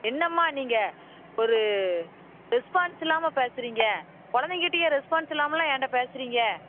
என்னம்மா நீங்கள் ஒரு ரெஸ்பான்ஸ் இல்லாமல் பேசுகிறீங்க கொழந்தைங்கக்கிட்டயே ரெஸ்பான்ஸ் இல்லாமெலாம் என்ட்ட பேசுகிறீங்க